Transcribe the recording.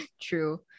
True